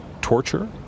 torture